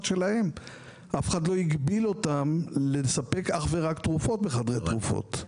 שלהן ואף אחד לא הגביל אותן לספק אך ורק תרופות בחדרי התרופות.